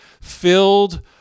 filled